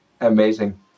amazing